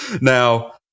Now